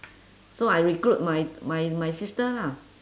so I recruit my my my sister lah